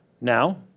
Now